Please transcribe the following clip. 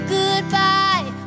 goodbye